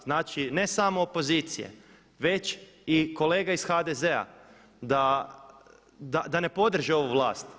Znači, ne samo opozicije već i kolega iz HDZ-a da ne podrže ovu vlast.